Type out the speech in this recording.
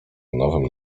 nowym